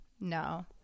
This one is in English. No